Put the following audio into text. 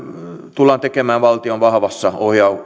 tullaan tekemään valtion vahvassa